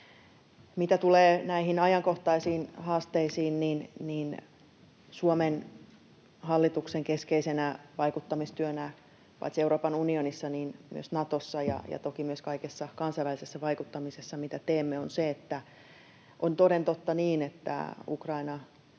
Mitä tulee näihin ajankohtaisiin haasteisiin, niin Suomen hallituksen keskeisenä vaikuttamistyönä paitsi Euroopan unionissa, myös Natossa ja toki myös kaikessa kansainvälisessä vaikuttamisessa, mitä teemme, on se, että on toden totta niin, että Ukraina